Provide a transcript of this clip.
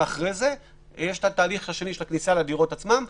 אחרי זה יש את התהליך השני של הכניסה לדירות עצמן.